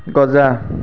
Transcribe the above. গজা